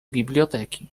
biblioteki